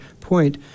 point